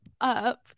up